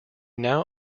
now